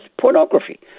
pornography